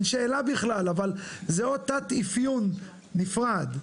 זה עוד תת אפיון נפרד.